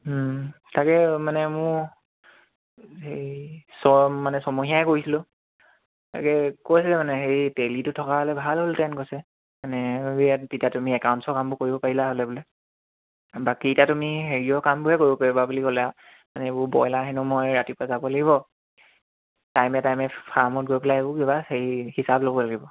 তাকে মানে মোৰ হেৰি ছ মানে ছমহীয়াই কৰিছিলোঁ তাকে কৈছিলে মানে হেৰি টেলিটো থকা হ'লে ভাল হ'লহেঁতেন কৈছে মানে ইয়াত তেতিয়া তুমি একাউণ্টছৰ কামবোৰ কৰিব পাৰিলা হ'লে বোলে বাকী এতিয়া তুমি হেৰিয়ও কামবোৰহে কৰিব পাৰিবা বুলি ক'লে আৰু মানে এইবোৰ ব্ৰইলাৰ হেনো মই ৰাতিপুৱা যাব লাগিব টাইমে টাইমে ফাৰ্মত গৈ পেলাই এইবোৰ কিবা হেৰি হিচাপ ল'ব লাগিব